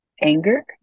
anger